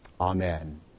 Amen